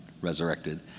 Resurrected